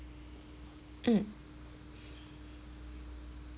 mm